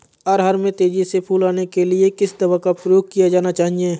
अरहर में तेजी से फूल आने के लिए किस दवा का प्रयोग किया जाना चाहिए?